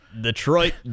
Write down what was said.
Detroit